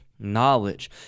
knowledge